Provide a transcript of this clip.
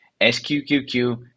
SQQQ